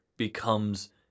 becomes